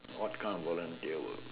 what kind of volunteer work